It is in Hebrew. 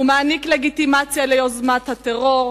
הוא מעניק לגיטימציה ליוזמת הטרור,